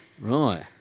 Right